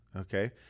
Okay